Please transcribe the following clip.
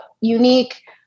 unique